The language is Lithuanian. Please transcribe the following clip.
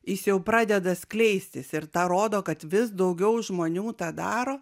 jis jau pradeda skleistis ir tą rodo kad vis daugiau žmonių tą daro